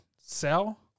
sell